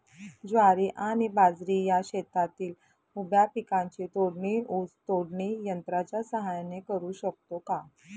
ज्वारी आणि बाजरी या शेतातील उभ्या पिकांची तोडणी ऊस तोडणी यंत्राच्या सहाय्याने करु शकतो का?